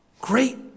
great